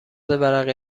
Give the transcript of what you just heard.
ورقه